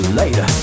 later